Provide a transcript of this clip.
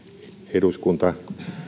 eduskunta